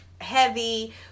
heavy